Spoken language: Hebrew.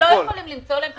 הם לא יכולים למצוא להם פתרון,